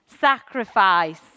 sacrifice